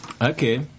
Okay